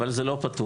אבל זה לא פתור.